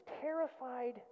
terrified